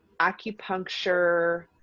acupuncture